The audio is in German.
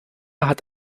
hat